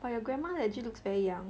but your grandma legit looks very young